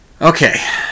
Okay